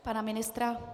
Pana ministra?